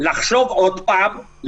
לחשוב עוד פעם,